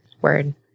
Word